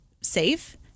safe